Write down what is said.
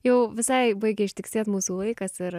jau visai baigė ištiksėt mūsų laikas ir